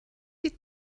sie